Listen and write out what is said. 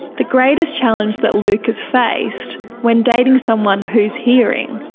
the greatest challenge that luke has faced when dating someone who is hearing,